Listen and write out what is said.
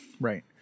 right